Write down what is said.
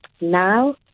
Now